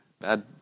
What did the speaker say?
bad